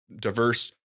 diverse